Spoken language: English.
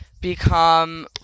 become